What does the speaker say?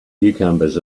cucumbers